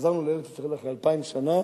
חזרנו לארץ-ישראל אחרי אלפיים שנה,